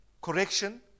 correction